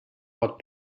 pot